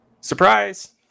Surprise